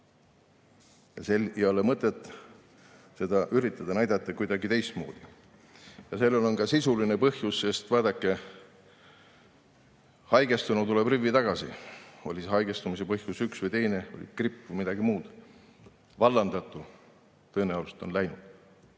Ei ole mõtet üritada seda näidata kuidagi teistmoodi. Ja sellel on ka sisuline põhjus, sest vaadake, haigestunu tuleb rivvi tagasi, oli haigestumise põhjus üks või teine, oli gripp või midagi muud, aga vallandatu tõenäoliselt on läinud